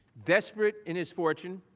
desperate in his fortune,